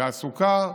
התעסוקה,